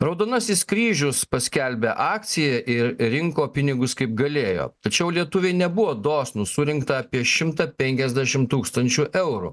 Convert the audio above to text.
raudonasis kryžius paskelbė akciją ir rinko pinigus kaip galėjo tačiau lietuviai nebuvo dosnūs surinkta apie šimtą penkiasdešimt tūkstančių eurų